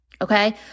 okay